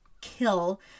kill